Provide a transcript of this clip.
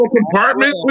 compartment